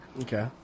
Okay